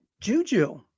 Juju